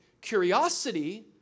curiosity